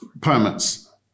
permits